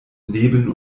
leben